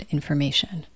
Information